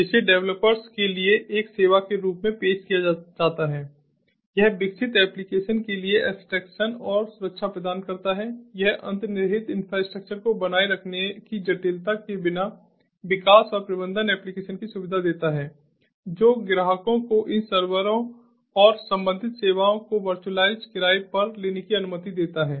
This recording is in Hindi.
जिसे डेवलपर्स के लिए एक सेवा के रूप में पेश किया जाता है यह विकसित एप्लीकेशन के लिए अब्सट्रैक्शन और सुरक्षा प्रदान करता है यह अंतर्निहित इंफ्रास्ट्रक्चर को बनाए रखने की जटिलता के बिना विकास और प्रबंधन एप्लीकेशन की सुविधा देता है जो ग्राहकों को इन सर्वरों और संबंधित सेवाओं को वर्चुअलाइज्ड किराए पर लेने की अनुमति देता है